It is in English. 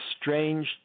strange